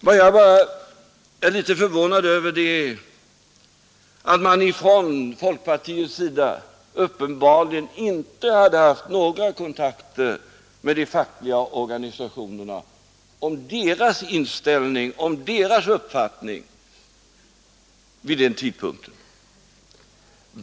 Vad jag var litet förvånad över är att man från folkpartiets sida uppenbarligen inte hade haft några kontakter med de fackliga organisationerna om deras inställning vid den tidpunkten.